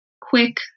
quick